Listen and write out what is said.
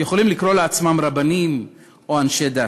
יכולים לקרוא לעצמם רבנים או אנשי דת?